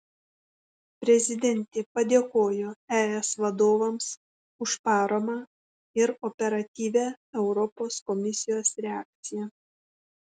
prezidentė padėkojo es vadovams už paramą ir operatyvią europos komisijos reakciją